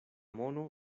mono